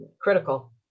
critical